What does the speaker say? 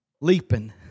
leaping